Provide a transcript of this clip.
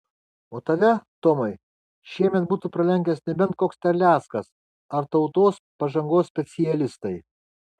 o tave tomai šiemet būtų pralenkęs nebent koks terleckas ar tautos pažangos specialistai